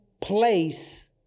place